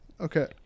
Okay